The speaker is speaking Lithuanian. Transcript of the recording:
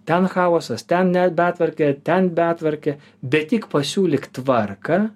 ten chaosas ten ne betvarkė ten betvarkė bet tik pasiūlyk tvarką